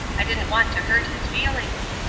i didn't want to hurt his feelings.